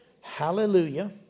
Hallelujah